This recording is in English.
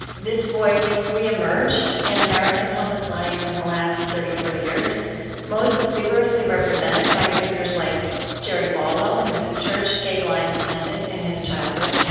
this voice re-emerged in american public life in the last thirty or forty years most vigorously represented by figures like jerry falwell, whose church gabe lyons attended in his childhood,